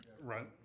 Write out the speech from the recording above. Right